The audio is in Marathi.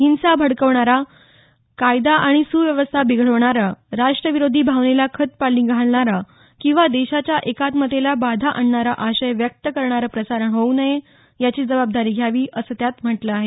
हिंसा भडकावणारा कायदा आणि सुव्यवस्था बिघडवणारा राष्टविरोधी भावनेला खतपणी घालणारा किंवा देशाच्या एकात्मतेला बाधा आणणारा आशय व्यक्त करणारं प्रसारण होऊ नये याची खबरदारी घ्यावी असं त्यात म्हटलं आहे